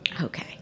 okay